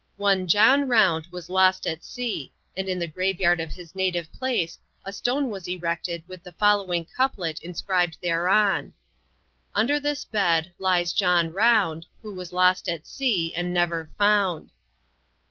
one john round was lost at sea, and in the grave-yard of his native place a stone was erected with the following couplet inscribed thereon under this bed lies john round who was lost at sea and never found.